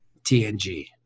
TNG